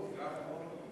סעיפים